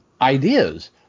ideas